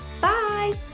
Bye